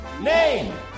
Name